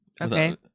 Okay